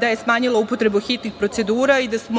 da je smanjila upotrebu hitnih procedura i da smo